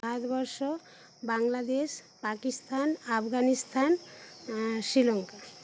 Bharatvarsha Bangladesh Pakistan Afghanistan Sri Lanka